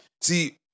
See